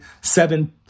seven